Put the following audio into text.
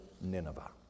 Nineveh